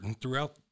Throughout